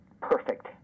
perfect